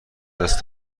دست